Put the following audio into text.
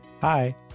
Hi